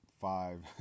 five